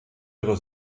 ihre